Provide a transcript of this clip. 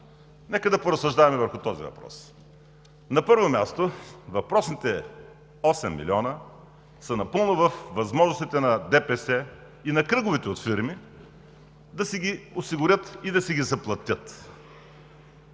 Нека да поразсъждаваме по този въпрос. На първо място, въпросните 8 милиона са напълно във възможностите на ДПС и на кръговете от фирми да си ги осигурят и да си ги заплатят.